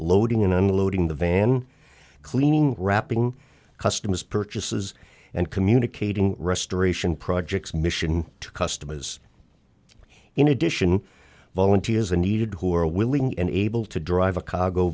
loading unloading the van cleaning wrapping customers purchases and communicating restoration projects mission to customers in addition volunteers a needed who are willing and able to drive a car go